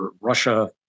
Russia